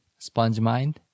SpongeMind